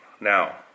now